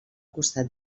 costat